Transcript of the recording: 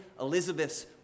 Elizabeth's